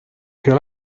creó